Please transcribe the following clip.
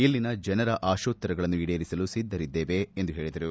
ಇಲ್ಲಿನ ಜನರ ಆಶೋತ್ತರಗಳನ್ನು ಈಡೇರಿಸಲು ಸಿದ್ದರಿದ್ದೇವೆ ಎಂದು ಅವರು ಹೇಳಿದರು